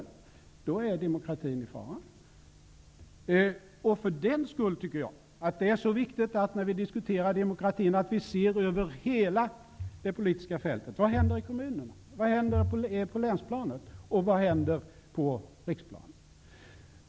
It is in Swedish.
Då är demokratin i fara. För den skull är det viktigt att vi ser över hela det politiska fältet när vi diskuterar demokratin. Vad händer i kommunerna? Vad händer på länsplanet? Och vad händer på riksplanet?